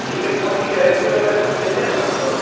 ठीक है फ़ोन की गारन्टी वगैरह तो देते हैं न आप लोग